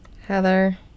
Heather